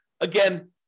Again